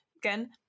Again